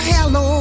Hello